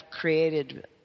created